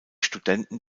studenten